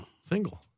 single